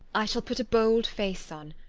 i shall put a bold face on,